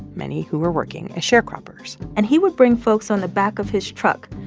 many who were working as sharecroppers and he would bring folks on the back of his truck,